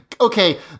Okay